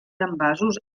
envasos